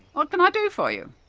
what can i do for you?